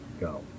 go